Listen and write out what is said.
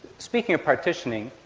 speaking of partitioning,